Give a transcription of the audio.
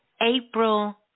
April